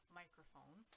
microphone